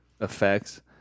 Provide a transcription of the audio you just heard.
effects